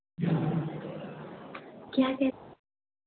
क्या कह